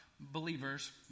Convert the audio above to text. Believers